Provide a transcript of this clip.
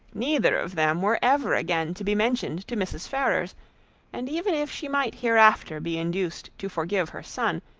neither of them were ever again to be mentioned to mrs. ferrars and even, if she might hereafter be induced to forgive her son,